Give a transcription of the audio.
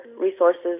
resources